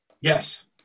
yes